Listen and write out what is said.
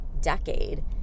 decade